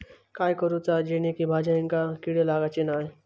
काय करूचा जेणेकी भाजायेंका किडे लागाचे नाय?